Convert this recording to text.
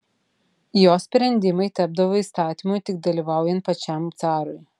jo sprendimai tapdavo įstatymu tik dalyvaujant pačiam carui